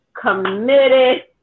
committed